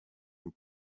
and